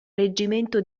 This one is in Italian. reggimento